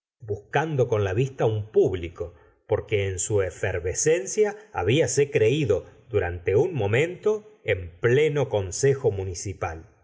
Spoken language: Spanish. buscando con la vista un público porque en su efervescencia hablase creído durante un momento en pleno consejo municipal